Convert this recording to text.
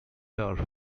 turf